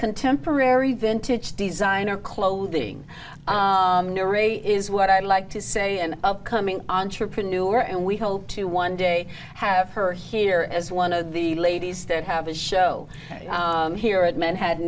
contemporary vintage designer clothing is what i like to say an upcoming entrepreneur and we hope to one day have her here as one of the ladies that have a show here at men ha